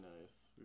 nice